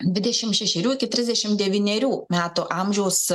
dvidešimt šešerių iki trisdešimt devynerių metų amžiaus